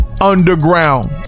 underground